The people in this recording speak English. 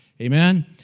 Amen